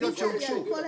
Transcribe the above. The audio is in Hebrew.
הצבעה בעד,